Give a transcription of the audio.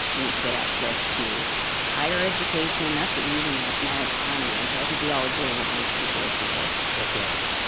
we need to get access to higher education. that's what you need in a knowledge economy. and so i think we all agree on what we need to do for those people. russ roberts.